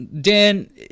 Dan